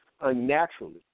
unnaturally